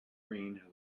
green